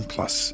Plus